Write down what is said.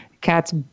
cats